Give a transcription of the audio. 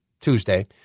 Tuesday